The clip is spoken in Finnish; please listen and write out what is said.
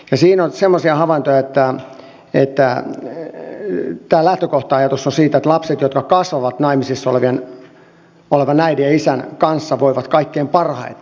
siinä on semmoisia havaintoja että tämä lähtökohta ajatus on siinä että lapset jotka kasvavat naimisissa olevien äidin ja isän kanssa voivat kaikkein parhaiten